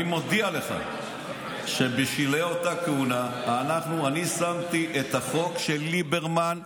אני מודיע לך שבשלהי אותה כהונה אני שמתי את החוק של ליברמן,